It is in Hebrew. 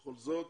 וכל זאת